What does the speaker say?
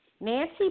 Nancy